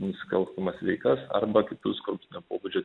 nusikalstamas veikas arba kitus korupcinio pobūdžio